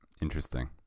Interesting